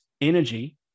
energy